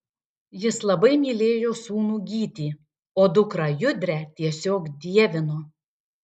jis labai mylėjo sūnų gytį o dukrą judrę tiesiog dievino